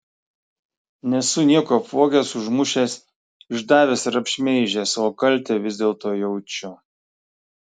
nesu nieko apvogęs užmušęs išdavęs ar apšmeižęs o kaltę vis dėlto jaučiu